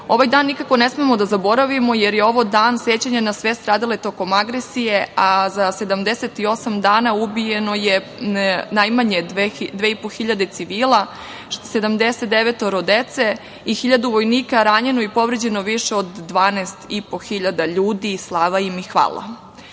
dan nikako ne smemo da zaboravimo, jer je ovo dan sećanja na sve stradale tokom agresije, a 78 dana ubijeno je najmanje 2.500 civila, 79 dece i 1.000 vojnika ranjeno, povređeno više od 12.500 ljudi. Slava im i hvala. Pred